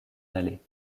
allait